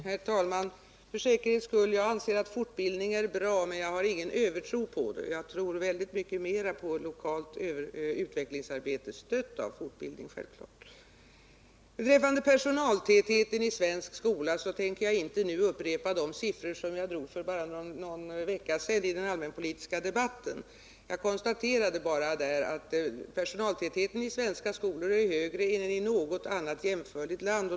Herr talman! För säkerhets skull vill jag säga att fortbildning är bra, men jag har ingen övertro på den. Jag tror mycket mera på lokalt utvecklingsarbete, naturligtvis stött av fortbildning. Beträffande personaltätheten i den svenska skolan vill jag säga att jag inte tänker upprepa de sifferuppgifter som jag lämnade för bara någon vecka sedan i den allmänpolitiska debatten. Jag konstaterade bara att personaltätheten i svenska skolor är högre än i skolorna i något annat jämförbart land.